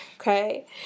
Okay